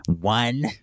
One